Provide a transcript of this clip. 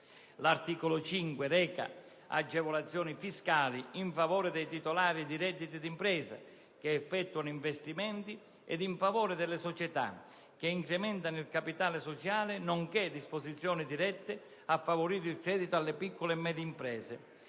L'articolo 5 reca agevolazioni fiscali in favore dei titolari di redditi d'impresa che effettuano investimenti e in favore delle società che incrementano il capitale sociale, nonché disposizioni dirette a favorire il credito alle piccole e medie imprese,